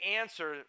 answer